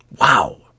Wow